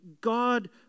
God